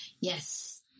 Yes